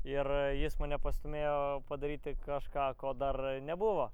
ir jis mane pastūmėjo padaryti kažką ko dar nebuvo